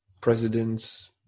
presidents